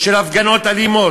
של הפגנות אלימות,